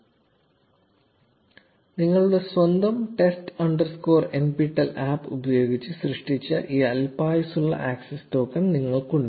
0456 നിങ്ങളുടെ സ്വന്തം test underscore nptel APP ഉപയോഗിച്ച് സൃഷ്ടിച്ച ഈ അല്പായുസ്സുള്ള ആക്സസ് ടോക്കൺ നിങ്ങൾക്ക് ഉണ്ട്